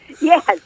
Yes